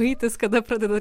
rytas kada pradedat